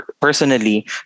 personally